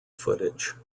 footage